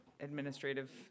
administrative